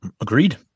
Agreed